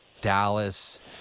Dallas